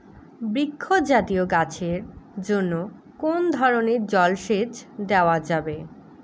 বৃক্ষ জাতীয় গাছের জন্য কোন ধরণের জল সেচ দেওয়া যাবে?